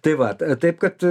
tai vat taip kad